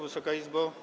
Wysoka Izbo!